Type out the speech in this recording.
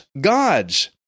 gods